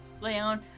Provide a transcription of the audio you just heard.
Leon